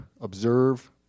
observe